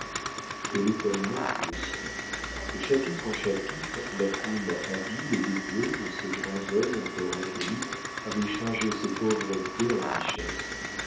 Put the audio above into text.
quel étonnement fut le sien de chapitre en chapitre la plume habile et dévouée de ces grands hommes encore inconnus avait changé ses pauvretés en richesses